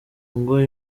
ngo